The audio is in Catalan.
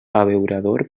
abeurador